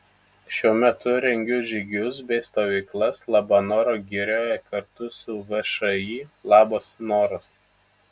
šiuo metu rengiu žygius bei stovyklas labanoro girioje kartu su všį labas noras